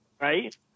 Right